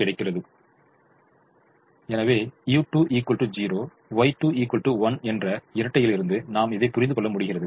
Y21 என்ற இரட்டையிலிருந்து நாம் இதை புரிந்துகொள்ள முடிகிறது